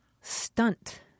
Stunt